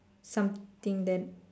something that